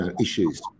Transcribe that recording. issues